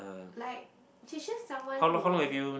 like she just someone who